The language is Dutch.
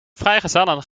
vrijgezellen